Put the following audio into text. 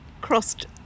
crossed